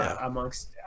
amongst